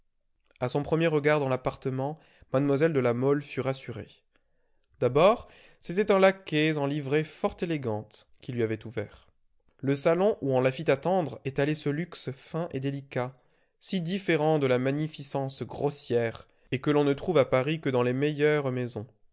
a son premier regard dans l'appartement mlle de la mole fut rassurée d'abord c'était un laquais en livrée fort élégante qui lui avait ouvert le salon où on la fit attendre étalait ce luxe fin et délicat si différent de la magnificence grossière et que l'on ne trouve à paris que dans les meilleures maisons